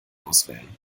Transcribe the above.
auswählen